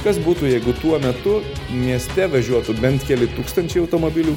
kas būtų jeigu tuo metu mieste važiuotų bent keli tūkstančiai automobilių